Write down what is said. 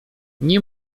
nie